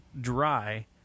dry